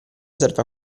serve